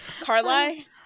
Carly